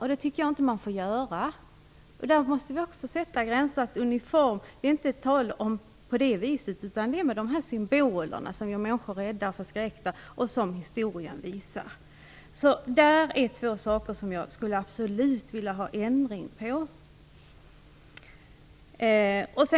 Vi måste klargöra vad som menas med uniform, nämligen att det handlar om de symboler som historien visar gör människor rädda. Det är två saker som jag skulle vilja ha ändring på.